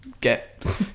Get